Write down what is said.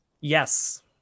Yes